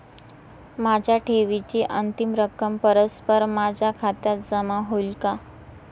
माझ्या ठेवीची अंतिम रक्कम परस्पर माझ्या खात्यात जमा होईल का?